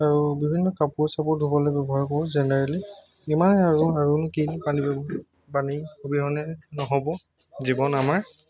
আৰু বিভিন্ন কাপোৰ চাপোৰ ধুবলে ব্যৱহাৰ কৰোঁ জেনেৰেলি ইমানে আৰু আৰু কিমাননো পানী অবিহনে নহ'ব জীৱন আমাৰ